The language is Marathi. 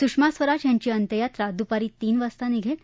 सुषमा स्वराज यांची अंत्ययात्रा दुपारी तीन वाजता निघेल